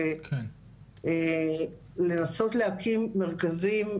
לנסות להקים מרכזים,